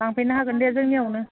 लांफैनो हागोन दे जोंनियावनो